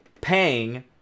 paying